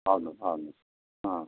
అవును అవును